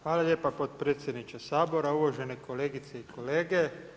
Hvala lijepa potpredsjedniče Sabora, uvažene kolegice i kolege.